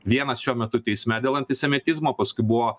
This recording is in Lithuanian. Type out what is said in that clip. vienas šiuo metu teisme dėl antisemitizmo paskui buvo